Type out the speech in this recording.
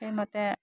সেইমতে